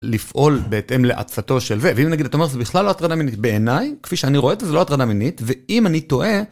לפעול בהתאם לעצתו של זה, ואם נגיד אתה אומר שזה בכלל לא הטרדה מינית בעיני כפי שאני רואה את זה זה לא הטרדה מינית, ואם אני טועה.